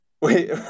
Wait